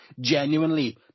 genuinely